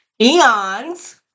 eons